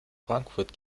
frankfurt